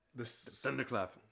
Thunderclap